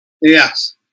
Yes